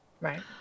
Right